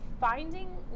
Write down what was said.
Finding